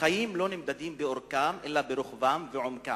"החיים לא נמדדים באורכם, אלא ברוחבם ועומקם".